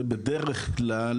זה בדרך כלל,